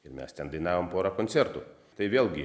ir mes ten dainavom porą koncertų tai vėlgi